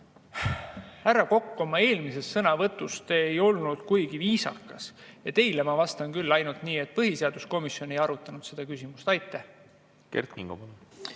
Härra Kokk, oma eelmises sõnavõtus te ei olnud kuigi viisakas ja teile ma vastan küll ainult nii, et põhiseaduskomisjon ei arutanud seda küsimust. Aitäh!